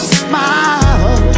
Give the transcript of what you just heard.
smile